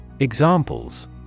Examples